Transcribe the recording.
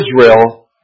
Israel